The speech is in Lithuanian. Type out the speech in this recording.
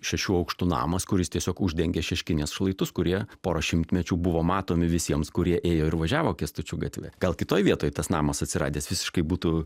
šešių aukštų namas kuris tiesiog uždengė šeškinės šlaitus kurie pora šimtmečių buvo matomi visiems kurie ėjo ir važiavo kęstučio gatve gal kitoj vietoj tas namas atsiradęs visiškai būtų